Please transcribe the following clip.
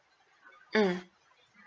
mm